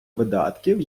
видатків